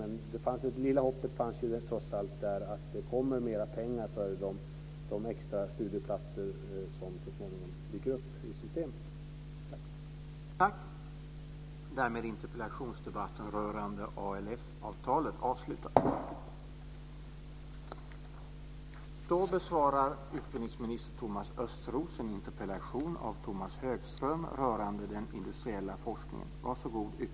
Men det lilla hoppet fanns trots allt där att det kommer mer pengar för de extra studieplatser som så småningom dyker upp i systemet.